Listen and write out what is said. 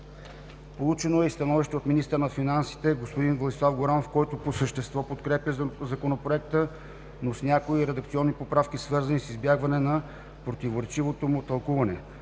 Получено е и становище от министъра на финансите господин Владислав Горанов, което по същество подкрепя Законопроекта, но с някои редакционни поправки, свързани с избягване на противоречивото му тълкуване.